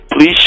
Please